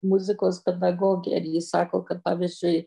muzikos pedagogė ir ji sako kad pavyzdžiui